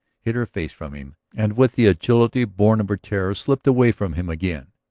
hid her face from him, and with the agility born of her terror slipped away from him again,